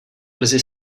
brzy